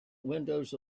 windows